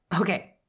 Okay